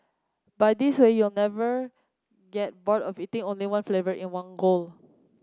by this way you never get bored of eating only one flavour in one go